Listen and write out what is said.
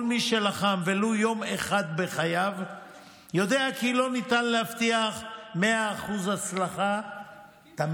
כל מי שלחם ולו יום אחד בחייו יודע כי לא ניתן להבטיח 100% הצלחה תמיד.